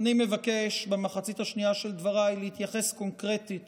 אני מבקש במחצית השנייה של דבריי להתייחס קונקרטית